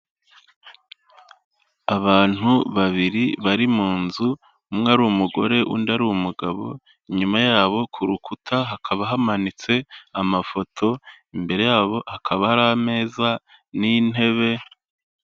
Abantu babiri bari mu nzu umwe ari umugore undi ari umugabo, inyuma y'abo ku rukuta hakaba hamanitse amafoto, imbere y'abo hakaba hari ameza n'intebe.